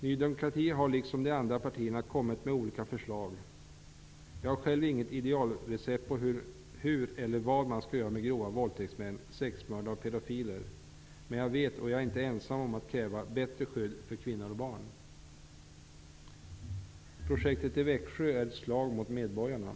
Ny demokrati har liksom övriga partier kommit med olika förslag. Jag har själv inget idealrecept på hur eller vad man skall göra med grova våldtäktsmän, sexmördare och pedofiler. Men jag är inte ensam om att kräva bättre skydd för kvinnor och barn. Projektet i Växjö är ett slag mot medborgarna.